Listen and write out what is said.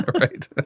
Right